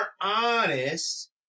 honest